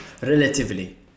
relatively